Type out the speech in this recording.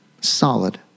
solid